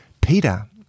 Peter